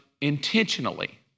intentionally